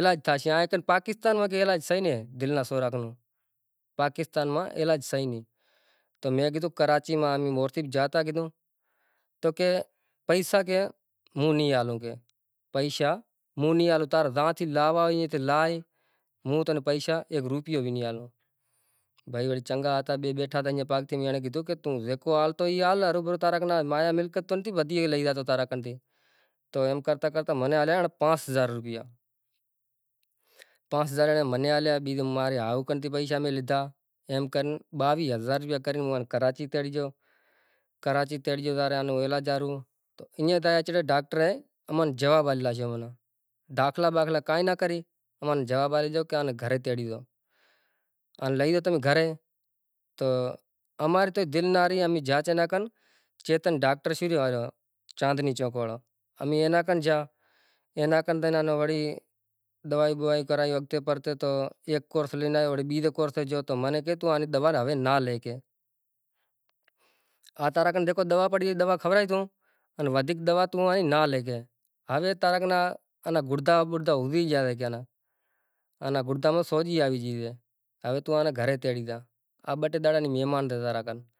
ماتھے لاگی گیو کرونا، ہوے زاں فصل واہویو دہانڑا کو ٹینڈا ایک تو فصل ناں تھیو مزا وارو ان دہانڑا مزے وارا تھیا تو شوں کراں ماتھے کرونا آیو ماتھے تھے گیو اڑے کرفیو لاگی گیو، گاڈیوں بند منڈیوں بند ہوے زائے چینڑ ساں، ہوے ایک شے ویسائے ری سے ای شے رو ریٹ ہزار باراں سو روپیا باری سے ہوے ای جگائیں ویسائی ریہ سیں، ہوے اماں وٹ سو سو ہات ہات باریوں ہوے ویسائے ایک باری تو سو باریوں چیاں کریجے؟ ہوے خرچو کاندھ میں پڑے ریو گاڈیوں بند تو منڈییے میں مال شے ماں لے جایئے؟ ایک منڈی میں اندر لاگیاتو دھوکا بھی تتھی گیا کرفیو لاگے گیا بھائی ہاز ترن زنرا سڑے گیا تو پہلیس واڑا کہیں بھائی تمیں پاچھا وڑو زائو گھرے